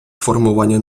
формування